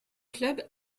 clubs